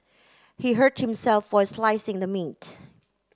he hurt himself while slicing the meat